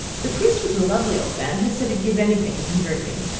the priest was a lovely old man he said he'd give anything to convert me.